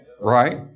Right